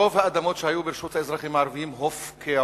רוב האדמות שהיו ברשות האזרחים הערבים הופקעו.